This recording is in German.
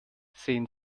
sehen